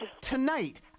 tonight